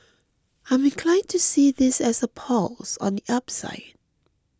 I'm inclined to see this as a pause on the upside